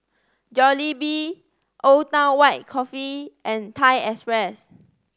Jollibee Old Town White Coffee and Thai Express